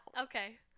Okay